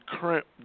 current